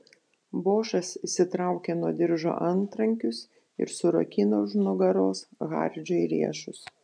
bošas išsitraukė nuo diržo antrankius ir surakino už nugaros hardžiui riešus